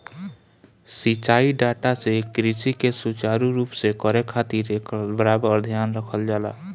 सिंचाई डाटा से कृषि के सुचारू रूप से करे खातिर एकर बराबर ध्यान रखल जाला